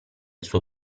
suo